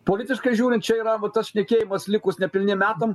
politiškai žiūrint čia yra va tas šnekėjimas likus nepilniem metam